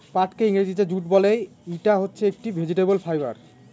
পাটকে ইংরেজিতে জুট বলে, ইটা হচ্ছে একটি ভেজিটেবল ফাইবার